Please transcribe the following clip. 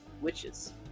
witches